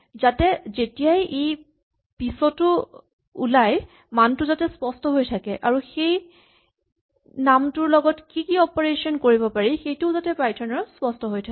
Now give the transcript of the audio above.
যাতে যেতিয়াই ই পিছতো ওলাই মানটো যাতে স্পষ্ট হৈ থাকে আৰু এই নামটোৰ লগত কি কি অপাৰেচন কৰিব পাৰি সেইটোও যাতে পাইথন ৰ স্পষ্ট হৈ থাকে